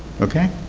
okay?